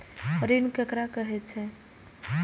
ऋण ककरा कहे छै?